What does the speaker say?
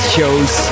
Shows